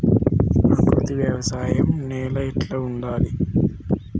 ప్రకృతి వ్యవసాయం నేల ఎట్లా ఉండాలి?